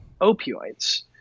opioids